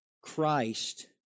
Christ